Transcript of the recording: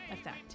effect